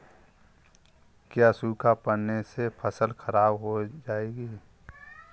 क्या सूखा पड़ने से फसल खराब हो जाएगी?